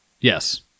Yes